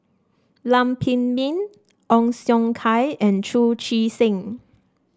Lam Pin Min Ong Siong Kai and Chu Chee Seng